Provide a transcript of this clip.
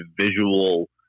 visual